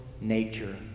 nature